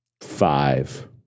five